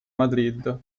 madrid